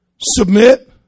Submit